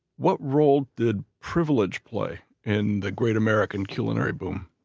what role did privilege play in the great american culinary boom?